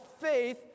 faith